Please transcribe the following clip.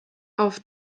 auf